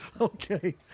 Okay